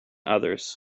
others